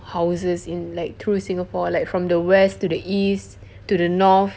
houses in like through singapore like from the west to the east to the north